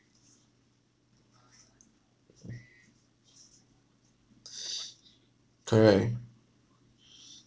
uh correct